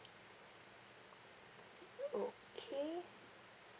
okay